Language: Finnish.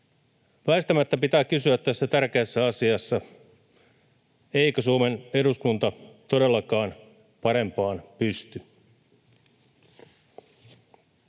Väistämättä pitää kysyä tässä tärkeässä asiassa: eikö Suomen eduskunta todellakaan parempaan pysty?